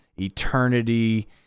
eternity